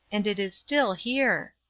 and it is still here.